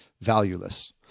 valueless